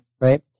right